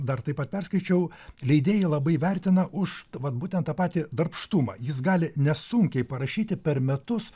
dar taip pat perskaičiau leidėjai labai vertina už t va būtent tą patį darbštumą jis gali nesunkiai parašyti per metus